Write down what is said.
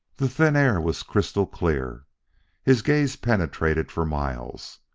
the thin air was crystal clear his gaze penetrated for miles.